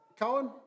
Cohen